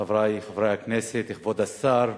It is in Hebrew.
חברי חברי הכנסת, כבוד השר,